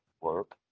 work